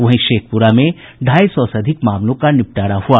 वहीं शेखप्रा में ढ़ाई सौ से अधिक मामलों का निपटारा हुआ